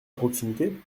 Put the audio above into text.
proximité